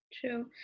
True